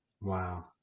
Wow